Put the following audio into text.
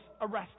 arrested